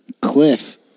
Cliff